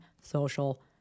social